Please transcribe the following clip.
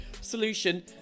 solution